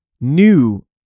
new